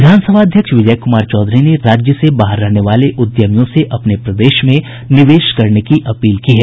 विधानसभा अध्यक्ष विजय कुमार चौधरी ने राज्य से बाहर रहने वाले उद्यमियों से अपने प्रदेश में निवेश करने की अपील की है